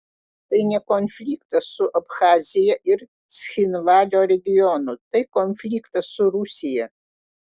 tai ne konfliktas su abchazija ir cchinvalio regionu tai konfliktas su rusija